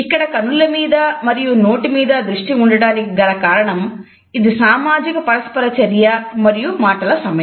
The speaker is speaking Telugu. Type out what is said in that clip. ఇక్కడ కనుల మీద మరియు నోటిమీద దృష్టి ఉండడానికి గల కారణం ఇది సామాజికపరస్పరచర్య మరియు మాటల సమయం